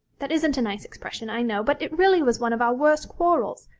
that isn't a nice expression, i know, but it really was one of our worst quarrels.